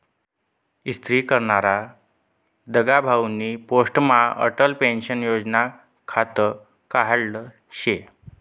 इस्तरी करनारा दगाभाउनी पोस्टमा अटल पेंशन योजनानं खातं काढेल शे